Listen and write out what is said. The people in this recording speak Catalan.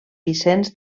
vicenç